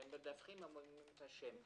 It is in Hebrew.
כשהם מדווחים, הם אומרים את השם.